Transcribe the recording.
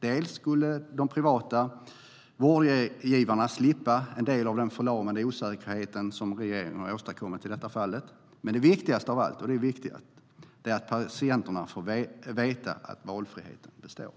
Dels skulle de privata vårdgivarna slippa en del av den förlamande osäkerhet som regeringen åstadkommit i det här fallet, dels, och det är det viktigaste av allt, skulle patienterna få veta att valfriheten består.